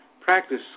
practice